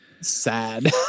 sad